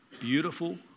beautiful